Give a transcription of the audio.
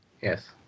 Yes